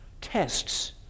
tests